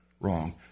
wrong